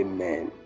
Amen